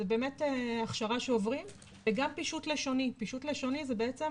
זאת באמת הכשרה שעוברים וגם פישוט לשוני שזה בעצם